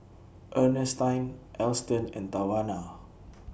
Earnestine Alston and Tawanna